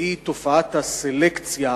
והיא תופעת הסלקציה,